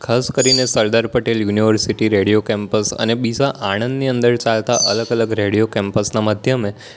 ખાસ કરીને Sardar Patel university radio campus અને બીજા આણંદની અંદર ચાલતા અલગ અલગ રેડિયો કેમ્પસનાં માધ્યમે